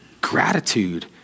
gratitude